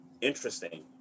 Interesting